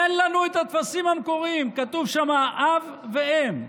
תן לנו את הטפסים המקוריים, כתוב שם אב ואם,